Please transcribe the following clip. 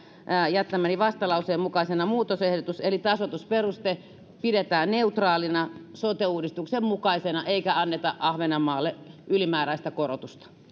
jättämäni vastalauseen mukaisesti muutosehdotus eli tasoitusperuste pidetään neutraalina sote uudistuksen mukaisena eikä anneta ahvenanmaalle ylimääräistä korotusta